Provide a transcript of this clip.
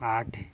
ଆଠ